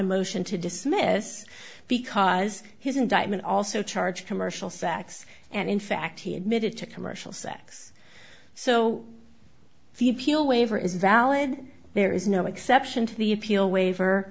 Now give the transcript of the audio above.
a motion to dismiss because his indictment also charged commercial sex and in fact he admitted to commercial sex so the appeal waiver is valid there is no exception to the appeal waiver